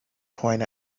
point